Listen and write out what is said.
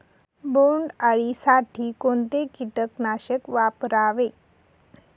बोंडअळी साठी कोणते किटकनाशक वापरावे?